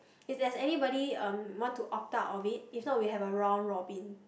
if there's anybody um want to opt out of it if not we have a round robin